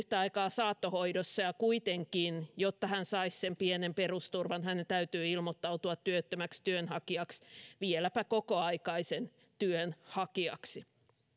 saattohoidossa ja kuitenkin jotta hän saisi sen pienen perusturvan hänen täytyy ilmoittautua työttömäksi työnhakijaksi vieläpä kokoaikaisen työn hakijaksi